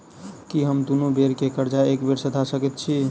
की हम दुनू बेर केँ कर्जा एके बेर सधा सकैत छी?